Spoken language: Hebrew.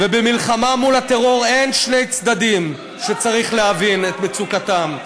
במלחמה מול הטרור אין שני צדדים שצריך להבין את מצוקתם.